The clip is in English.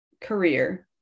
career